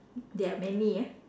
there are many ah